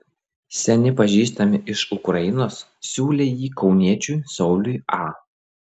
seni pažįstami iš ukrainos siūlė jį kauniečiui sauliui a